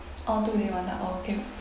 orh two in one ah orh okay